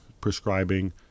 prescribing